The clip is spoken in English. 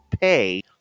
pay